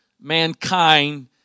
mankind